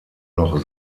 noch